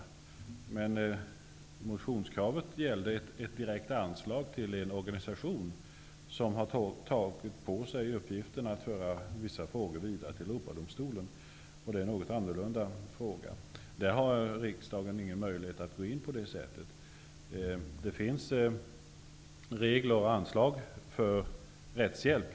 Kravet i motionen gällde dock ett direkt anslag till en organisation, som har tagit på sig uppgiften att föra vissa frågor vidare till Europadomstolen. Riksdagen har ingen möjlighet att gå in på det sättet. Det finns regler och anslag för rättshjälp.